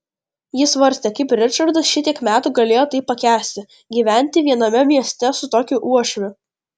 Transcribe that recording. jis svarstė kaip ričardas šitiek metų galėjo tai pakęsti gyventi viename mieste su tokiu uošviu